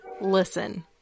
Listen